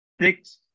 six